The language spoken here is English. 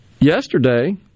yesterday